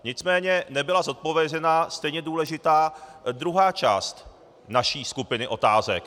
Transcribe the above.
Nicméně nebyla zodpovězena stejně důležitá druhá část naší skupiny otázek.